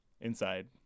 inside